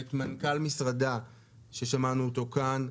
ואת מנכ"ל משרדה ששמענו אותו כאן,